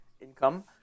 income